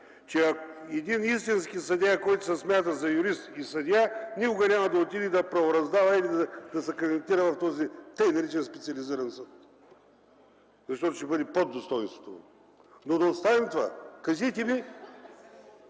че един истински съдия, който се смята за юрист и съдия, никога няма да отиде да правораздава или да се кандидатира в този така наречен специализиран съд, защото ще бъде под достойнството му. Но да оставим това. (Реплики.)